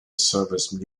service